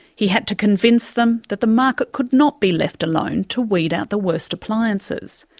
he had to convince them that the market could not be left alone to weed out the worst appliances.